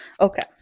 Okay